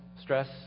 stress